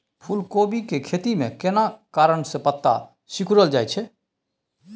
फूलकोबी के खेती में केना कारण से पत्ता सिकुरल जाईत छै?